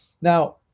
Now